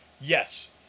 Yes